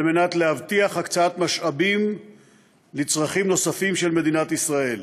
על מנת להבטיח הקצאת משאבים לצרכים נוספים של מדינת ישראל.